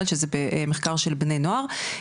שזה מחקר של בני נוער.